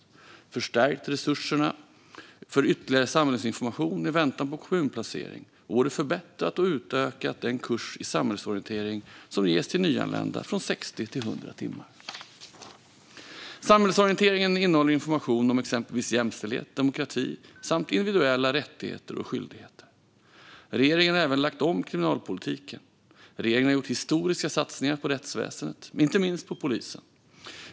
Vi har förstärkt resurserna för ytterligare samhällsinformation i väntan på kommunplacering och har både förbättrat och utökat den kurs i samhällsorientering som ges till nyanlända, från 60 till 100 timmar. Samhällsorienteringen innehåller information om exempelvis jämställdhet, demokrati samt individuella rättigheter och skyldigheter. Regeringen har även lagt om kriminalpolitiken. Regeringen har gjort historiska satsningar på rättsväsendet, inte minst på polisen.